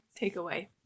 takeaway